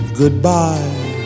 goodbye